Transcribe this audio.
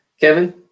Kevin